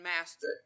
Master